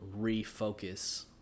refocus